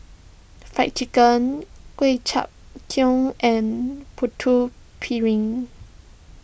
Fried Chicken Ku Chai and Putu Piring